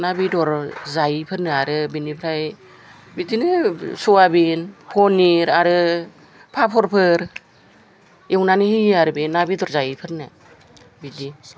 ना बेदर जायिफोरनो आरो बेनिफ्राय बिदिनो सयाबिन पनिर आरो फाफरफोर एवनानै होयो आरो बे ना बेदर जायिफोरनो बिदि